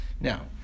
Now